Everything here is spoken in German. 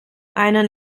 einer